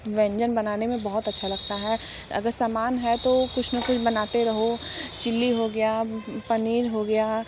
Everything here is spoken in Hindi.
व्यंजन बनाने में बहुत अच्छा लगता है अगर समान है तो वो कुछ ना कुछ बनाते रहो चिल्ली हो गया पनीर हो गया